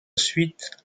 suite